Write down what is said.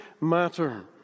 matter